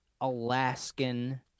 Alaskan